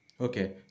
Okay